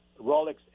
Rolex